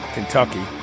Kentucky